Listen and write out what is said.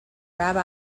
rabbi